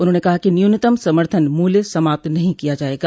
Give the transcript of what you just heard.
उन्होंने कहा कि न्यूनतम समर्थन मूल्य समाप्त नहीं किया जायेगा